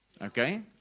Okay